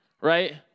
right